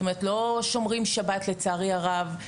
זאת אומרת לא שומרים שבת לצערי הרב,